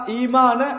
iman